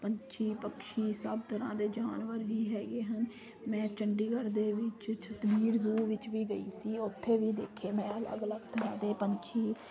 ਪੰਛੀ ਪਕਸ਼ੀ ਸਭ ਤਰ੍ਹਾਂ ਦੇ ਜਾਨਵਰ ਵੀ ਹੈਗੇ ਹਨ ਮੈਂ ਚੰਡੀਗੜ੍ਹ ਦੇ ਵਿੱਚ ਛੱਤ ਬੀੜ ਜ਼ੂ ਵਿੱਚ ਵੀ ਗਈ ਸੀ ਉੱਥੇ ਵੀ ਦੇਖੇ ਮੈਂ ਅਲੱਗ ਅਲੱਗ ਤਰ੍ਹਾਂ ਦੇ ਪੰਛੀ